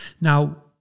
Now